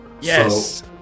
Yes